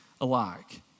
alike